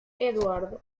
eduardo